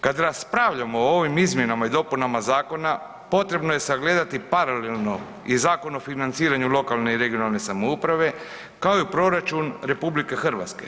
Kad raspravljamo o ovim izmjenama i dopunama zakona, potrebno je sagledati paralelno i Zakon o financiranju lokalne i regionalne samouprave kao i u proračun RH.